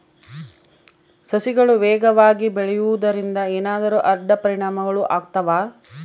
ಸಸಿಗಳು ವೇಗವಾಗಿ ಬೆಳೆಯುವದರಿಂದ ಏನಾದರೂ ಅಡ್ಡ ಪರಿಣಾಮಗಳು ಆಗ್ತವಾ?